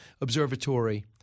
observatory